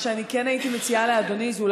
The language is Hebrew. מה שכן הייתי מציעה לאדוני זה,